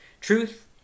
Truth